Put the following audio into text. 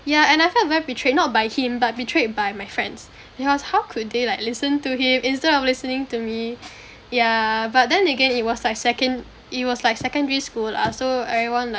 yeah and I felt very betrayed not by him but betrayed by my friends because how could they like listen to him instead of listening to me yeah but then again it was like second~ it was like secondary school lah so everyone